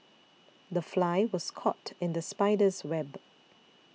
the fly was caught in the spider's web